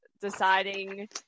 deciding